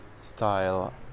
style